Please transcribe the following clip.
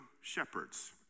shepherds